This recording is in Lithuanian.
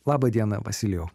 laba diena vasilijau